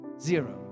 Zero